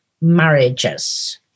marriages